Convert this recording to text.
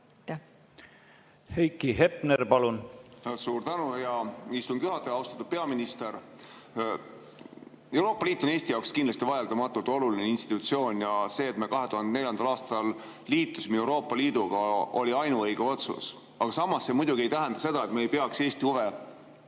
Heiki Hepner, palun! Suur tänu, hea istungi juhataja! Austatud peaminister! Euroopa Liit on Eesti jaoks vaieldamatult oluline institutsioon ja see, et me 2004. aastal liitusime Euroopa Liiduga, oli ainuõige otsus. Samas see muidugi ei tähenda seda, et me ei peaks Eesti huve